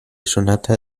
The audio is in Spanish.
sonata